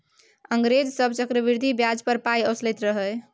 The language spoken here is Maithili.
अंग्रेज सभ चक्रवृद्धि ब्याज पर पाय असुलैत रहय